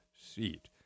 seat